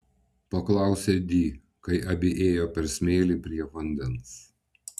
paklausė di kai abi ėjo per smėlį prie vandens